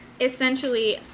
Essentially